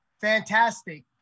fantastic